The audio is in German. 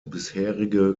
bisherige